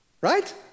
right